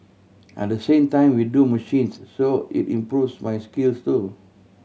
and the same time we do machines so it improves my skills so